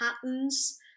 patterns